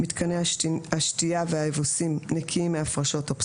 מיתקני השתיה והאבוסים נקיים מהפרשות או פסולת.